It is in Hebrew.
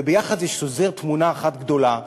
וביחד זה שוזר תמונה אחת גדולה,